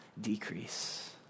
decrease